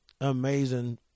amazing